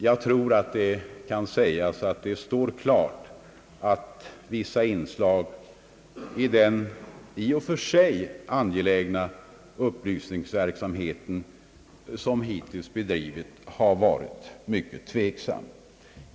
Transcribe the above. Jag tror att det kan sägas att det står klart att vissa inslag i den i och för Ang. förslag till narkotikastrafflag sig angelägna upplysningsverksamhet som hittills bedrivits har varit mycket tveksamma.